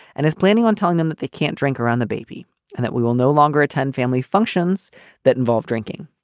and he's planning on telling them that they can't drink around the baby and that we will no longer attend family functions that involve drinking.